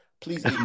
please